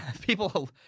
People